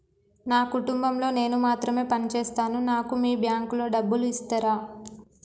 నా కుటుంబం లో నేను మాత్రమే పని చేస్తాను నాకు మీ బ్యాంకు లో డబ్బులు ఇస్తరా?